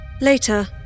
Later